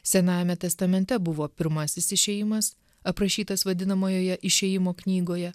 senajame testamente buvo pirmasis išėjimas aprašytas vadinamojoje išėjimo knygoje